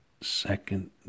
second